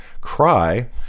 cry